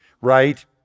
right